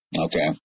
Okay